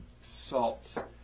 salt